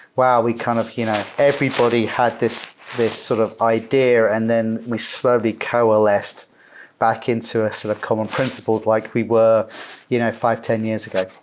wow! kind of you know everybody had this this sort of idea and then we slowly coalesced back into a sort of common principle like we were you know five, ten years ago.